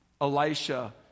Elisha